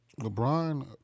LeBron